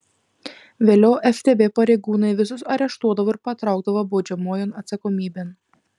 vėliau ftb pareigūnai visus areštuodavo ir patraukdavo baudžiamojon atsakomybėn